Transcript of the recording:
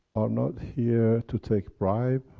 are not here to take bribes,